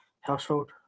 household